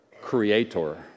creator